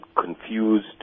confused